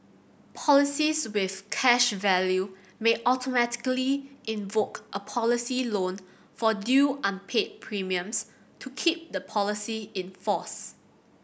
policies with cash value may automatically invoke a policy loan for due unpaid premiums to keep the policy in force